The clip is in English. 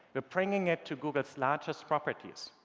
we're bringing it to google's largest properties.